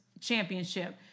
championship